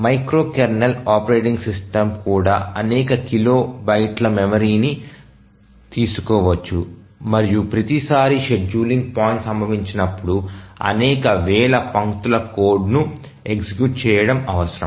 micro kernel operating system కూడా అనేక kilo బైట్ల మెమరీని తీసుకోవచ్చు మరియు ప్రతిసారీ షెడ్యూలింగ్ పాయింట్ సంభవించినప్పుడు అనేక వేల పంక్తుల కోడ్ను ఎగ్జిక్యూట్ చేయడం అవసరం